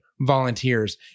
volunteers